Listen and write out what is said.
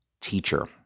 teacher